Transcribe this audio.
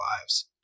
lives